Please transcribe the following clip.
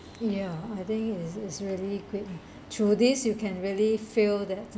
ya I think is is really great through this you can really feel that